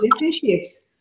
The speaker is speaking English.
relationships